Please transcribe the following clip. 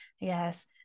Yes